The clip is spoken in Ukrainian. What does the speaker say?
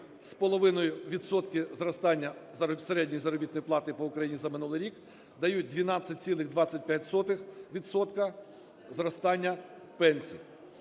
з половиною відсотки зростання середньої заробітної плати по Україні за минулий рік дають 12,25 відсотка зростання пенсій.